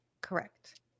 correct